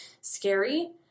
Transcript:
scary